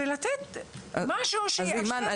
ולתת משהו שיאפשר פתרון.